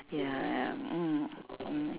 ya ya mm mm